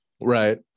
right